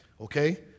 Okay